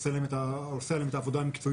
עושה עליהם את העבודה המקצועית